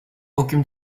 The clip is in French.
aucune